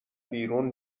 بیرون